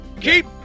keep